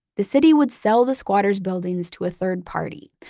the city would sell the squatters buildings to a third party,